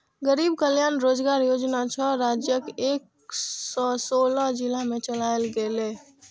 गरीब कल्याण रोजगार योजना छह राज्यक एक सय सोलह जिला मे चलायल गेलै